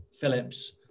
Phillips